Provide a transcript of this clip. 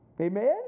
Amen